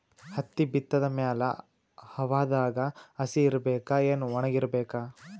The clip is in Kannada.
ಹತ್ತಿ ಬಿತ್ತದ ಮ್ಯಾಲ ಹವಾದಾಗ ಹಸಿ ಇರಬೇಕಾ, ಏನ್ ಒಣಇರಬೇಕ?